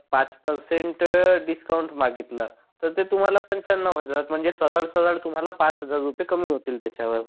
पाच percent discount मागितलं तर ते तुम्हाला पंच्याण्णव हजार म्हणजे सरळ सरळ तुम्हाला पाच हजार रुपये कमी होतील त्याच्यावर